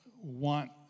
want